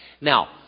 Now